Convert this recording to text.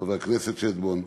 חבר הכנסת שטבון: